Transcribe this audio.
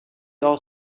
are